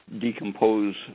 decompose